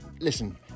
listen